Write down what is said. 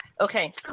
Okay